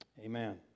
Amen